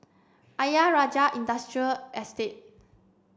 Ayer Rajah Industrial Estate